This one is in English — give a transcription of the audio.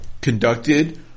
conducted